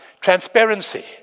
transparency